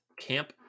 Camp